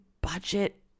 budget